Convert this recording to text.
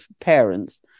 parents